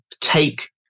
take